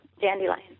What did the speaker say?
dandelion